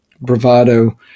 bravado